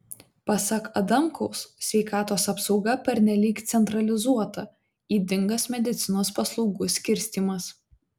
pasak adamkaus sveikatos apsauga pernelyg centralizuota ydingas medicinos paslaugų skirstymas